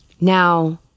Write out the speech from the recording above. Now